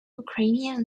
ukrainian